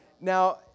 Now